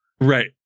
Right